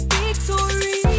victory